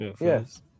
yes